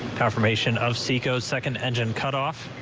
confirmation of sea coast second engine cut off.